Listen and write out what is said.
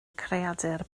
creadur